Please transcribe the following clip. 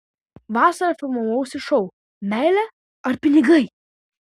vasarą filmavausi šou meilė ar pinigai